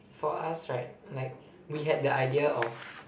for us right like we had the idea of